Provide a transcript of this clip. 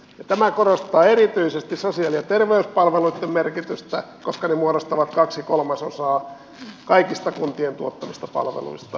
tämä korostaa erityisesti sosiaali ja terveyspalveluitten merkitystä koska ne muodostavat kaksi kolmasosaa kaikista kuntien tuottamista palveluista